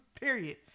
Period